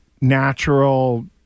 natural